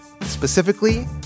Specifically